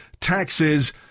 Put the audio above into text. taxes